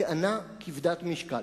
זו טענה כבדת משקל.